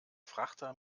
frachter